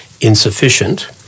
insufficient